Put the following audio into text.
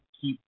keep